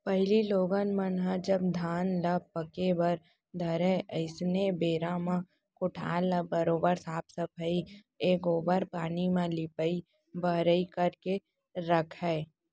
पहिली लोगन मन ह जब धान ह पाके बर धरय अइसनहे बेरा म कोठार ल बरोबर साफ सफई ए गोबर पानी म लिपाई बहराई करके राखयँ